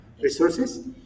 resources